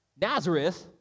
Nazareth